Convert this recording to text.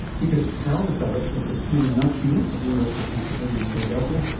mitesh patel is director of the penn nudge unit at the university of pennsylvania in philadelphia,